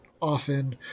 often